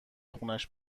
خونش